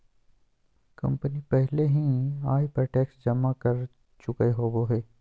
company पहले ही आय पर टैक्स जमा कर चुकय होबो हइ